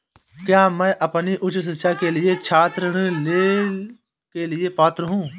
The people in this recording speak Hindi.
क्या मैं अपनी उच्च शिक्षा के लिए छात्र ऋण के लिए पात्र हूँ?